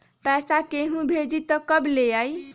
पैसा केहु भेजी त कब ले आई?